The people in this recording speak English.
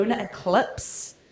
eclipse